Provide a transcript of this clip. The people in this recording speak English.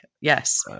yes